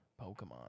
Pokemon